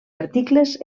articles